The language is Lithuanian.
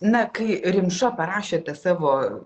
na kai rimša parašė tą savo